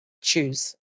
choose